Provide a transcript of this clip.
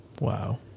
Wow